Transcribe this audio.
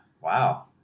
Wow